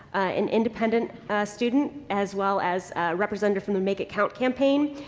an independent student as well as a representative from the make it count campaign.